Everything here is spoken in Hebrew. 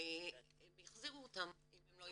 והם יחזירו אותם אם הם לא יבצעו פעילות.